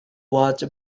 watch